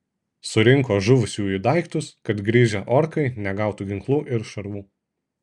surinko žuvusiųjų daiktus kad grįžę orkai negautų ginklų ir šarvų